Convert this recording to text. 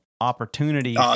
opportunity